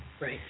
Right